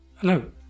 Hello